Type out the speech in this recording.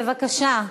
אז בבקשה.